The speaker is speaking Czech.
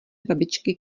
babičky